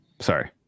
Sorry